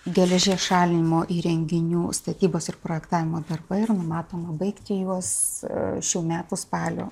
geležies šalinimo įrenginių statybos ir projektavimo darbai ir numatoma baigti juos šių metų spalio